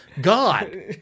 God